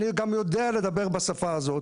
אני גם יודע לדבר בשפה הזאת.